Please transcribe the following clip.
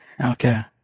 okay